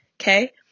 okay